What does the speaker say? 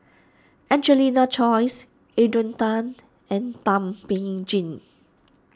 Angelina Choy Adrian Tan and Thum Ping Tjin